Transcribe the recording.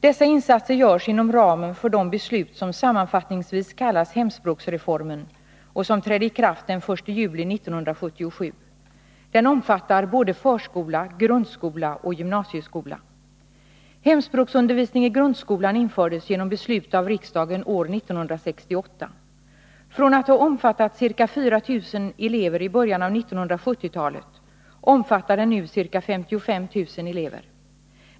Dessa insatser görs inom ramen för de beslut som sammanfattningsvis kallas hemspråksreformen och som trädde i kraft den 1 juli 1977. Den omfattar både förskola, grundskola och gymnasieskola. Hemspråksundervisning i grundskolan infördes genom beslut av riksdagen år 1968. Från att ha omfattat ca 4 000 elever i början av 1970-talet omfattar den nu ca 55 000 elever.